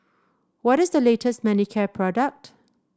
what is the latest Manicare product